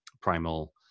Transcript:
Primal